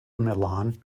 milan